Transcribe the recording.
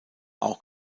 auch